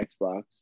Xbox